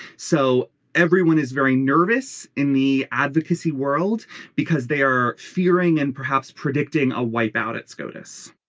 so everyone is very nervous in the advocacy world because they are fearing and perhaps predicting a wipe out at scotus